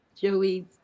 Joey